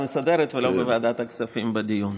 כי לא היית לא בוועדה המסדרת ולא בוועדת הכספים בדיון.